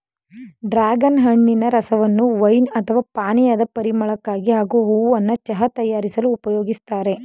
dragon ಹಣ್ಣಿನ ರಸವನ್ನು wine ಅಥವಾ ಪಾನೀಯದ ಪರಿಮಳಕ್ಕಾಗಿ ಹಾಗೂ ಹೂವನ್ನ ಚಹಾ ತಯಾರಿಸಲು ಉಪಯೋಗಿಸ್ತಾರೆ